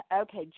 okay